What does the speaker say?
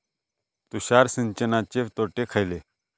तुषार सिंचनाचे तोटे खयले?